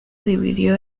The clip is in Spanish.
dividió